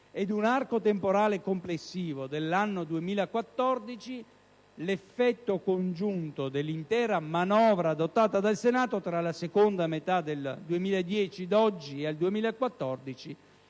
ed un arco temporale comprensivo dell'anno 2014, l'effetto congiunto dell'intera manovra adottata dal Senato, tra la seconda metà del 2010 ed oggi, ammonta